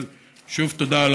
אבל שוב תודה על